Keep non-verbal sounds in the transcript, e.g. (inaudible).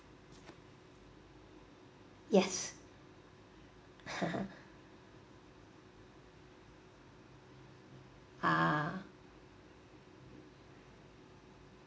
yes (laughs) ah